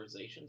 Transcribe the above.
authorizations